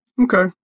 Okay